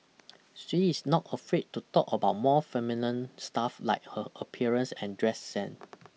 she is not afraid to talk about more feminine stuff like her appearance and dress sense